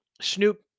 snoop